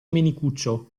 menicuccio